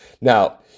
Now